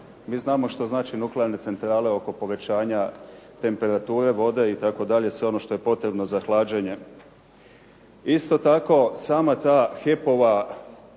Mi znamo šta znače nuklearne centrale oko povećanja temperature vode itd., sve ono što je potrebno za hlađenje. Isto tako sama ta HEP-ova